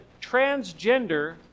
transgender